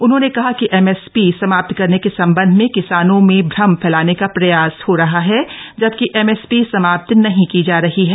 उन्होंने कहा कि एमएसपी समाप्त करने के सम्बन्ध में किसानों में भ्रम फैलाने का प्रयास हो रहा है जबकि एमएसपी समाप्त नहीं की जा रही है